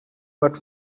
but